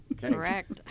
Correct